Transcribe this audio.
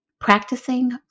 Practicing